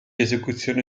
esecuzione